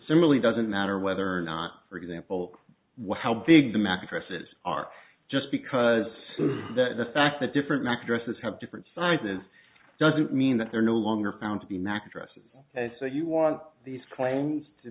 simile doesn't matter whether or not for example what how big the mattresses are just because the fact that different mac addresses have different sizes doesn't mean that they're no longer found to be mac addresses so you want these claims to